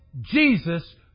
Jesus